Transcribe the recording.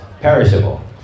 perishable